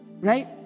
Right